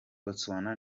botswana